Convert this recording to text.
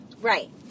Right